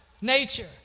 nature